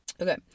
Okay